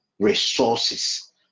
resources